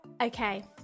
Okay